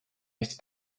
hästi